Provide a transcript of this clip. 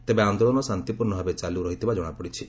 ତେବେ ଆନ୍ଦୋଳନ ଶାନ୍ତିପୂର୍ଶ୍ଣ ଭାବେ ଚାଲ୍ରରହିଥିବା ଜଣାପଡ଼ିଛି